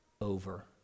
over